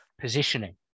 positioning